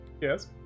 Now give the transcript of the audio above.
Yes